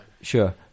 sure